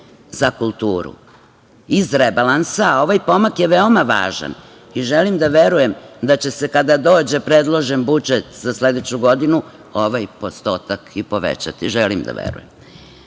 za kulturu iz rebalansa. Ovaj pomak je veoma važan i želim da verujem da će se kada dođe predložen budžet za sledeću godinu ovaj postotak i povećati. Želim da verujem.